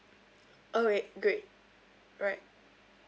alright great right